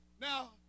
now